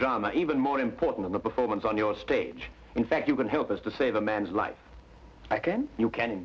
drama even more important in the performance on your stage in fact you can help us to save the man's life i can you can